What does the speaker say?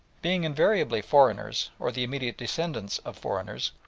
being invariably foreigners, or the immediate descendants of foreigners,